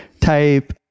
type